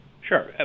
sure